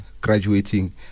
graduating